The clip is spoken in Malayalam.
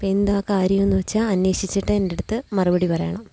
അപ്പെന്താണ് കാര്യമെന്നു വെച്ചാൽ അന്വേഷിച്ചിട്ട് എൻറ്റടുത്തു മറുപടി പറയണം